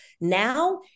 Now